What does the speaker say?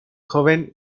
joven